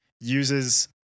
uses